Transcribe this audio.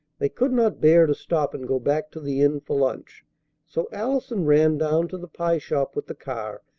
they could not bear to stop and go back to the inn for lunch so allison ran down to the pie-shop with the car,